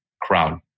crowd